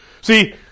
See